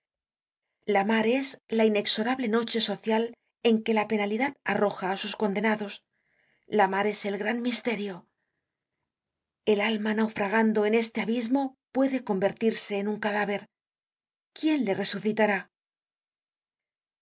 la mar es la inexorable noche social en que la penalidad arroja á sus condenados la mar es el gran misterio el alma naufragando en este abismo puede convertirse en un cadáver quién le resucitará